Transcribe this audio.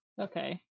Okay